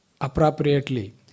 appropriately